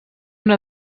una